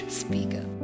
speaker